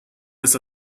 miss